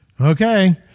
Okay